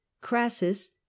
crassus